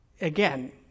Again